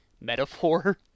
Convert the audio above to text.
metaphor